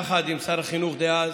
יחד עם שר החינוך דאז,